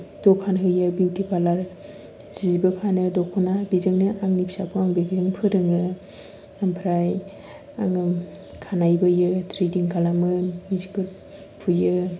दखान होयो beauty parlour जिबो फानो दखना बिजोंनो आंनि फिसाखौ आं फोरोङो ओमफ्राय आङो खानाय बोयो थ्रेदिं खालामो मिसुगुर फुयो